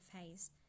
phase